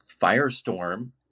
firestorm